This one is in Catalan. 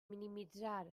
minimitzar